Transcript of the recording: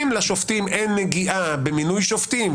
אם לשופטים אין נגיעה במינוי שופטים,